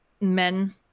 men